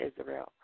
Israel